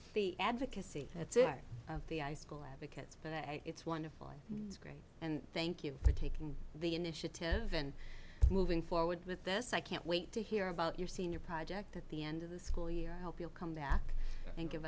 the advocacy that's in the i school advocates it's wonderful it's great and thank you for taking the initiative in moving forward with this i can't wait to hear about your senior project at the end of the school year i hope you'll come back and give